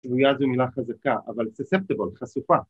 ‫תלויה זו מילה חזקה, ‫אבל אקספוסד - חשופה.